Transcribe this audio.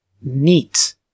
Neat